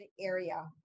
area